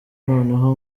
noneho